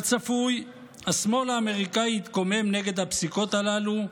כצפוי, השמאל האמריקאי התקומם כנגד הפסיקות הללו,